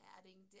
Adding